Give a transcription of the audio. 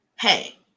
hey